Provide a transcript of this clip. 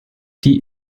die